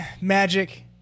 Magic